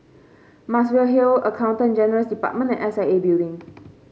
Muswell Hill Accountant General's Department and S I A Building